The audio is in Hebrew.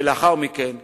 ולאחר מכן יצטרפו,